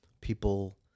people